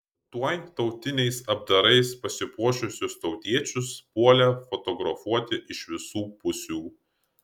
tuoj tautiniais apdarais pasipuošusius tautiečius puolė fotografuoti iš visų pusių